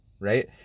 right